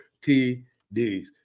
TDs